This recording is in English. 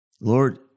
Lord